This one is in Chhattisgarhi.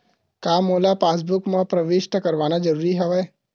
का मोला पासबुक म प्रविष्ट करवाना ज़रूरी हवय?